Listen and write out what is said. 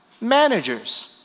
managers